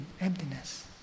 emptiness